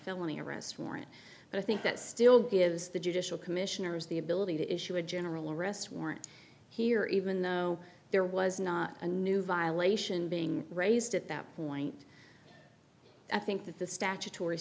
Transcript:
filling arrest warrant but i think that still gives the judicial commissioners the ability to issue a general arrest warrant here even though there was not a new violation being raised at that point i think that the statutory